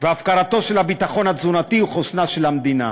והפקרת הביטחון התזונתי וחוסנה של המדינה.